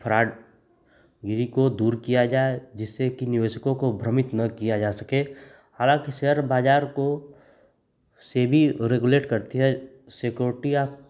fraud गिरी को दूर किया जाए जिससे कि निवेशको को भ्रमित न किया जा सके हालाँकि शेयर बाज़ार को सेबी रेगुलेट करती है सेक्युरिटी